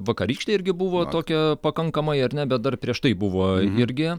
vakarykštė irgi buvo tokia pakankamai ar ne bet dar prieš tai buvo irgi